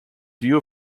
view